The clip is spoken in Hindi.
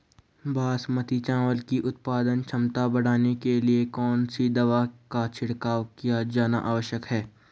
बासमती चावल की उत्पादन क्षमता बढ़ाने के लिए कौन सी दवा का छिड़काव किया जाना आवश्यक है?